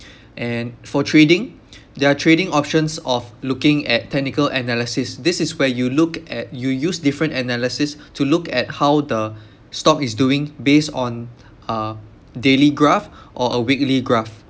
and for trading there are trading options of looking at technical analysis this is where you look at you use different analysis to look at how the stock is doing based on a daily graph or a weekly graph